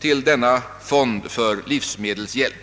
till denna fond för livsmedelshjälp skulle vara 100 miljoner kronor årligen.